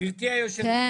גברתי יושבת הראש,